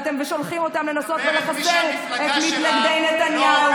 שולחים אותם לנסות ולחסל את מתנגדי נתניהו,